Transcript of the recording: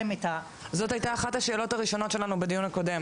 זאת הייתה אחת השאלות הראשונות שלנו בדיון הקודם,